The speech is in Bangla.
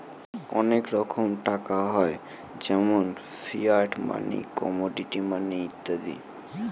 অনেক রকমের টাকা হয় যেমন ফিয়াট মানি, কমোডিটি মানি ইত্যাদি